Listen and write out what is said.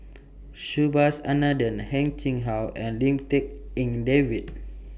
Subhas Anandan Heng Chee How and Lim Tik En David